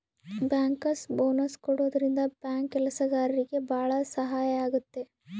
bankers bonus ಕೊಡೋದ್ರಿಂದ bank ಕೆಲ್ಸಗಾರ್ರಿಗೆ ಭಾಳ ಸಹಾಯ ಆಗುತ್ತೆ